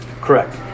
correct